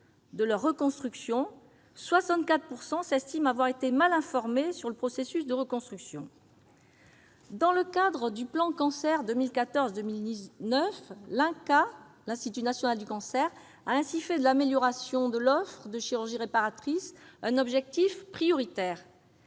de leur reconstruction, 64 % estiment avoir été mal informées sur le processus de reconstruction. Dans le cadre du plan Cancer 2014-2019, l'Institut national du cancer, l'INCa, a ainsi fait de l'amélioration de l'offre de chirurgie réparatrice un objectif prioritaire.